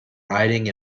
riding